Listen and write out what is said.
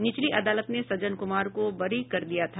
निचली अदालत ने सज्जन कुमार को बरी कर दिया था